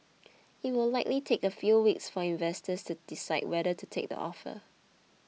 it will likely take a few weeks for investors to decide whether to take the offer